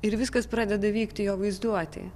ir viskas pradeda vykti jo vaizduotėje